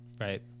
right